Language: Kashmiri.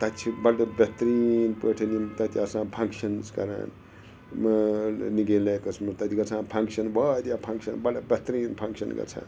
تَتہِ چھِ بَڑٕ بہتریٖن پٲٹھۍ یِم تَتہِ آسان فَنٛگشَنٕز کَران نِگیٖن لیکس منٛز تَتہِ گَژھان فَنٛگشَن واریاہ فَنٛگشَن بَڑٕ بہتریٖن فَنٛگشَن گَژھان